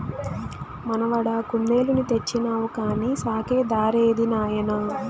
మనవడా కుందేలుని తెచ్చినావు కానీ సాకే దారేది నాయనా